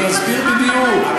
אני אסביר בדיוק.